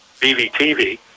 BVTV